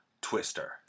Twister